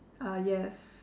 ah yes